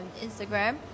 instagram